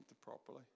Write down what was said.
properly